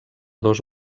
dos